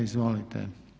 Izvolite.